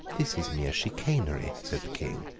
this is mere chicanery, said the king.